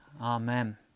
amen